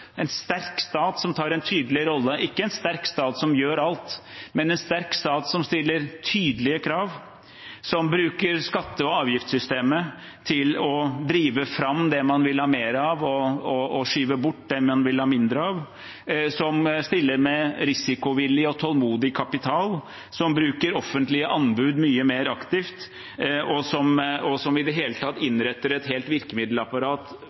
en sterk stat som tar en tydelig rolle. Ikke en sterk stat som gjør alt, men en sterk stat som stiller tydelige krav, som bruker skatte- og avgiftssystemet til å drive fram det man vil ha mer av og skyve bort det man vil ha mindre av, som stiller med risikovillig og tålmodig kapital, som bruker offentlige anbud mye mer aktivt og som i det hele tatt innretter et helt virkemiddelapparat